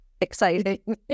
exciting